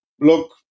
look